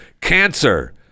Cancer